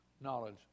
knowledge